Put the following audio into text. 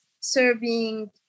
serving